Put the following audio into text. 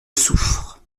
souffre